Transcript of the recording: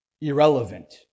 Irrelevant